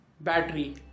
Battery